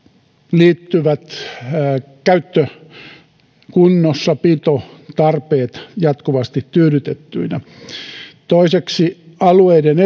liittyvät käyttökunnossapitotarpeet jatkuvasti tyydytettyinä toiseksi alueiden